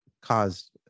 caused